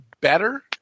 better